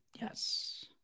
Yes